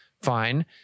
Fine